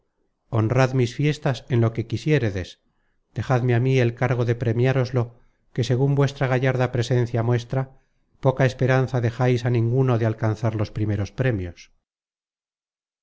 honrad mis fiestas en lo que quisiéredes dejadme á mí el cargo de premiároslo que segun vuestra gallarda presencia muestra poca esperanza dejais á ninguno de alcanzar los primeros premios